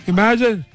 Imagine